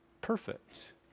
perfect